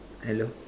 hello